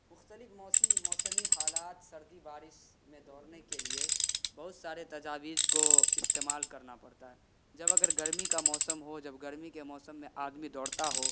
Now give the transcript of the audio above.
مختلف موسمی موسمی حالات سردی بارش میں دورنے کے لیے بہت سارے تجویر کو استعمال کرنا پڑتا ہے جب اگر گرمی کا موسم ہو جب گرمی کے موسم میں آدمی دوڑتا ہو